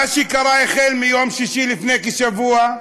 מה שקרה החל מיום שישי לפני כשבוע,